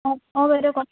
অঁ অঁ বাইদেউ কওকচোন